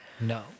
no